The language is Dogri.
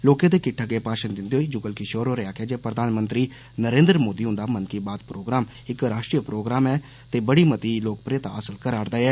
लोकें दे किट्ट अग्गे भाषण दिन्दे होई जुगल किशोर होरें आक्खेया जे प्रधानमंत्री नरेन्द्र मोदी हन्दा मन की बात प्रोग्राम इक राष्ट्रीय प्रोग्राम ऐ ते बड़ी मती लोकप्रियता हासल करा दा ऐ